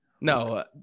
no